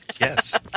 Yes